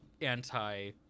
anti